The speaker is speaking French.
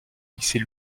lycée